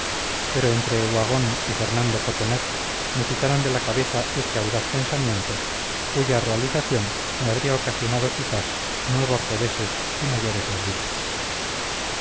pero entre uhagón y fernando cotoner me quitaron de la cabeza este audaz pensamiento cuya realización me habría ocasionado quizás nuevos reveses y mayores desdichas